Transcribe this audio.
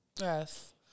Yes